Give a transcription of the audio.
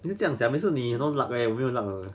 不是这样讲每次你 no luck leh 我没有 luck 的